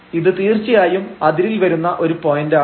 ഇത് തീർച്ചയായും അതിരിൽ വരുന്ന ഒരു പോയന്റാണ്